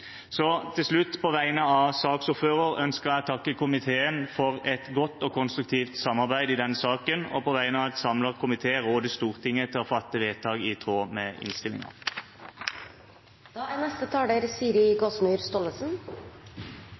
Til slutt: På vegne av saksordføreren ønsker jeg å takke komiteen for et godt og konstruktivt samarbeid i denne saken og på vegne av en samlet komité råde Stortinget til å fatte vedtak i tråd med